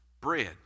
bread